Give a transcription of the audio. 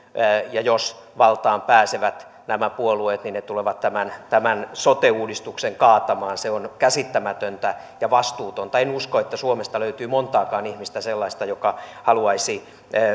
ja jos valtaan pääsevät nämä puolueet niin ne tulevat tämän tämän sote uudistuksen kaatamaan se on käsittämätöntä ja vastuutonta en usko että suomesta löytyy montaakaan sellaista ihmistä joka haluaisi